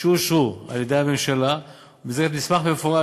שאושרו על-ידי הממשלה ובמסגרת מסמך מפורט